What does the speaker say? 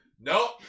no